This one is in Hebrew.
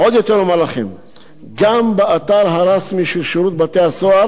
גם באתר הרשׂמי של שירות בתי-הסוהר לא תמצאו